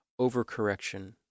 overcorrection